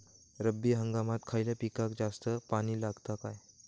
रब्बी हंगामात खयल्या पिकाक जास्त पाणी लागता काय?